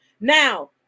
Now